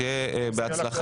שיהיה בהצלחה.